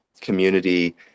community